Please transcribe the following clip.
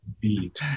beat